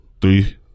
three